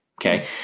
Okay